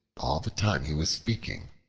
all the time he was speaking,